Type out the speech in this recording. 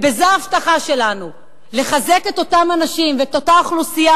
בזה ההבטחה שלנו לחזק את אותם אנשים ואת אותה אוכלוסייה